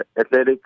athletic